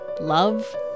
love